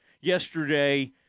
yesterday